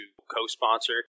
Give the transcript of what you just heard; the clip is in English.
co-sponsor